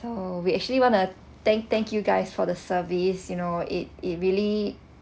so we actually want to thank thank you guys for the service you know it it really